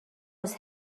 was